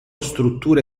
strutture